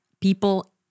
people